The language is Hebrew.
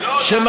לא,